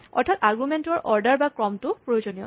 অৰ্থাৎ আৰগুমেন্টৰ অৰ্ডাৰ বা ক্ৰমটো প্ৰয়োজনীয়